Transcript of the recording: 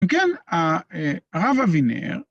‫וכן, הרב אבינר...